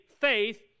faith